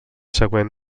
següent